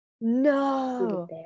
No